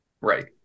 right